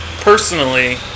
personally